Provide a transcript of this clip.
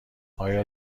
آیا